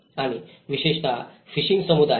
आणि विशेषतः फिशिंग समुदायात